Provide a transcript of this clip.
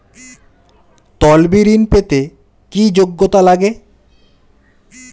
তলবি ঋন পেতে কি যোগ্যতা লাগে?